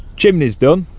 chimneys done.